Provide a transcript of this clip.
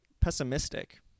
pessimistic